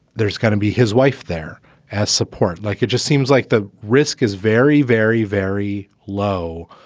there's gonna be his wife there as support. like, it just seems like the risk is very, very, very low.